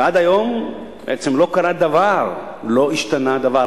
ועד היום לא קרה דבר, לא השתנה דבר.